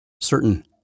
Certain